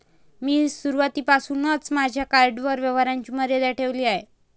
मी सुरुवातीपासूनच माझ्या कार्डवर व्यवहाराची मर्यादा ठेवली आहे